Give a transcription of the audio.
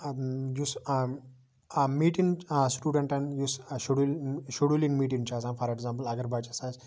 یُس میٖٹِنٛگ سٹوڈَنٹَن یُس شِڈوٗل شِڈوٗلِنٛگ مِیٖٹِنٛگ چھِ آسان فار ایٚگزامپل اگر بَچَس آسہِ